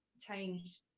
changed